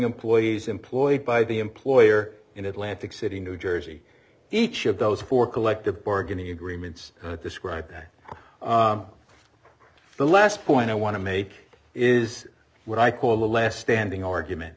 employees employed by the employer in atlantic city new jersey each of those four collective bargaining agreements describe the last point i want to make is what i call a less standing argument